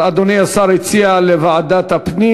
אדוני השר הציע לוועדת הפנים.